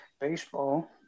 Baseball